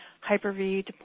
Hyper-V